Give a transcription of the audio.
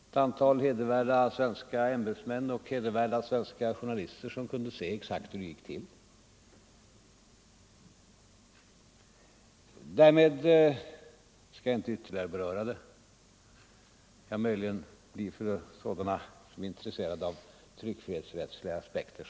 Ett antal hedervärda svenska ämbetsmän och journalister kunde se exakt hur det gick till. Därmed skall jag inte ytterligare beröra den saken; möjligen kan det bli för sådana som är intresserade av tryckfrihetsrättsliga aspekter.